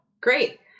great